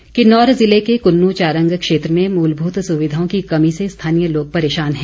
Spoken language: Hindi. समस्या किन्नौर जिले के कुन्नू चारंग क्षेत्र में मूलभूत सुविधाओं की कमी से स्थानीय लोग परेशान हैं